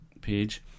page